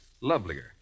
lovelier